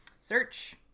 search